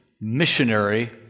missionary